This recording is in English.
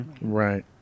Right